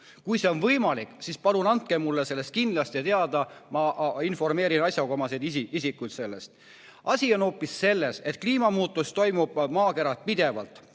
Kui see on võimalik, siis palun andke mulle sellest kindlasti teada, ma informeerin asjaomaseid isikuid sellest. Asi on hoopis selles, et kliimamuutus toimub maakeral pidevalt.